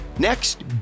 Next